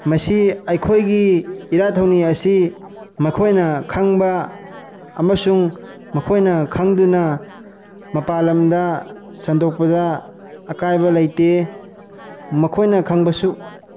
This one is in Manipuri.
ꯃꯁꯤ ꯑꯩꯈꯣꯏꯒꯤ ꯏꯔꯥꯠ ꯊꯧꯅꯤ ꯑꯁꯤ ꯃꯈꯣꯏꯅ ꯈꯪꯕ ꯑꯃꯁꯨꯡ ꯃꯈꯣꯏꯅ ꯈꯪꯗꯨꯅ ꯃꯄꯥꯜꯂꯝꯗ ꯁꯟꯗꯣꯛꯄꯗ ꯑꯀꯥꯏꯕ ꯂꯩꯇꯦ ꯃꯈꯣꯏꯅ ꯈꯪꯕꯁꯨ